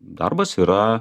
darbas yra